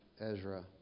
Ezra